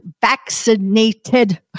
vaccinated